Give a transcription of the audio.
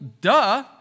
duh